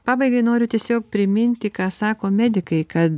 pabaigai noriu tiesiog priminti ką sako medikai kad